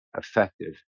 effective